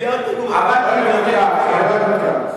חבר הכנסת כץ.